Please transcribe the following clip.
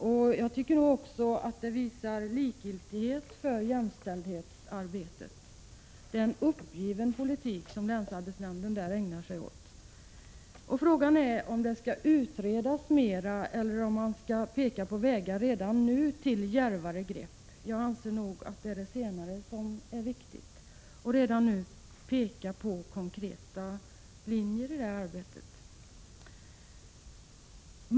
Det visar också likgiltighet för jämställdhetsarbetet. Det är en uppgiven politik som länsarbetsnämnden där ägnar sig åt. Frågan är om detta skall utredas mer eller om man redan nu skall peka på vägar till djärvare grepp. Jag anser nog att det är det senare som är viktigt, dvs. att redan nu peka på konkreta linjer i detta arbete.